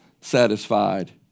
satisfied